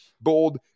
bold